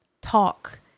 talk